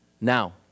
Now